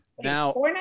Now